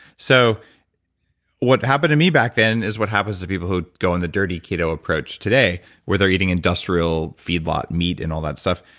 so what happened to me back then is what happens to people who go on the dirty keto approach today where they're eating industrial feedlot meat and all that stuff.